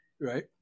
right